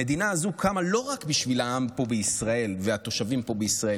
המדינה הזאת קמה לא רק בשביל העם פה בישראל והתושבים פה בישראל.